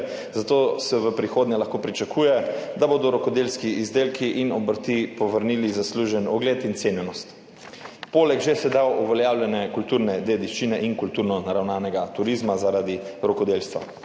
Zato se v prihodnje lahko pričakuje, da bodo rokodelski izdelki obrti povrnili zaslužen ugled in cenjenost poleg že sedaj uveljavljene kulturne dediščine in kulturno naravnanega turizma zaradi rokodelstva.